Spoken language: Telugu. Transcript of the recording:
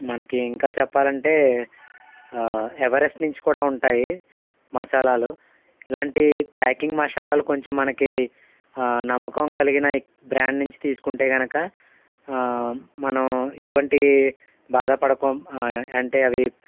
మనకి ఇంకా చెప్పాలంటే ఎవరెస్ట్ నుంచి కూడా ఉంటాయి మసాలాలు ఇలాంటి ప్యాకింగ్ మసాలాలు కొంచెం మనకి నమ్మకం కలిగిన బ్రాండ్ నుంచి తీసుకుంటే గనుక మనం ఎటువంటి బాధపడకు అంటే అవి